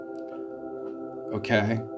okay